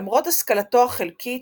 למרות השכלתו החלקית,